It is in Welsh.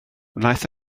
wnaeth